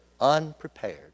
unprepared